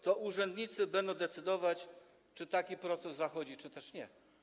To urzędnicy będą decydować, czy taki proces zachodzi, czy też nie.